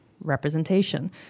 representation